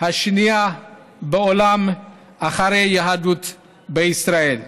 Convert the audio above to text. השנייה בעולם אחרי היהדות בישראל.